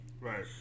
Right